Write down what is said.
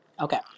Okay